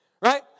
Right